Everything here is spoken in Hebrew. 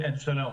שלום.